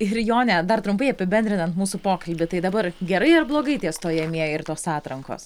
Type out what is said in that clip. ir jone dar trumpai apibendrinant mūsų pokalbį tai dabar gerai ar blogai tie stojamieji ir tos atrankos